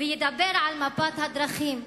וידבר על מפת הדרכים.